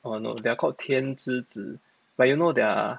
orh no they are called 天之子 but you know their